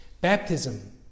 Baptism